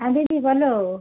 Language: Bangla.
হ্যাঁ দিদি বলো